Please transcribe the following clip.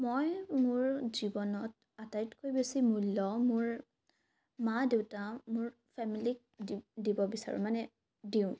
মই মোৰ জীৱনত আটাইতকৈ বেছি মূল্য মোৰ মা দেউতা মোৰ ফেমিলিক দিব বিচাৰোঁ মানে দিওঁ